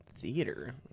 Theater